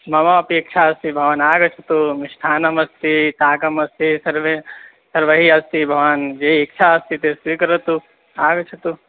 मम अपेक्षा अस्ति भवान् आगच्छतु मिष्टान्नमस्ति ताकमस्ति सर्वे सर्वैः अस्ति भवान् ये इच्छा अस्ति तत् स्वीकरोतु आगच्छतु